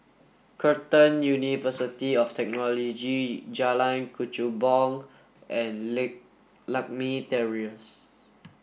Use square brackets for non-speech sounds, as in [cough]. Curtin University of Technology Jalan Kechubong and [unintelligible] Lakme Terrace